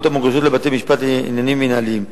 המוגשות לבתי-משפט לעניינים מינהליים.